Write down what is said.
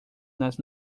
nas